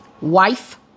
wife